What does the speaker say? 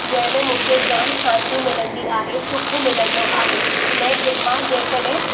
जंहिंमे मूंखे जाम शांती मिलंदी आहे सुख मिलंदो आहे मैं मां जंहिं कॾहिं